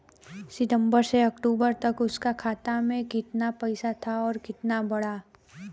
सितंबर से अक्टूबर तक उसका खाता में कीतना पेसा था और कीतना बड़ा?